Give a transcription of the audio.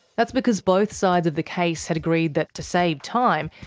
that's because both sides of the case had agreed that to save time,